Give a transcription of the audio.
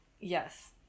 Yes